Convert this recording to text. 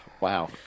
Wow